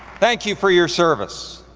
thank you for your service.